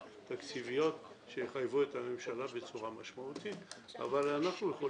בסוף שיש צורך לעשות את הבדיקה שתידרש.